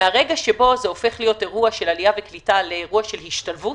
מהרגע שבו זה הופך להיות מאירוע של עלייה וקליטה לאירוע של השתלבות